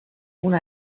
una